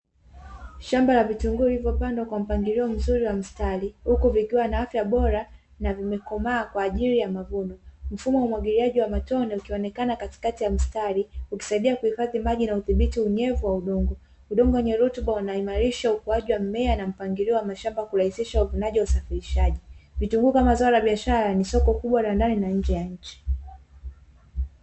Shamba la vitunguu vilivyopangwa kwa mpangilio mzuri wa mstari, huku vikiwa na afya bora na vimekomaa kwa ajili ya mavuno. Mfumo wa umwagiliaji wa matone ukionekana katikati ya mstari, ukisaidia kuhifadhi maji na kudhibiti unyevu wa udongo. Udongo wenye rutuba huimarisha ukuaji wa mmea na mpangilio wa mashamba, kurahisisha uvunaji au usafirishaji. Vitunguu kama zao la biashara ni soko kubwa la ndani na nje ya nchi.